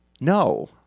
No